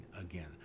again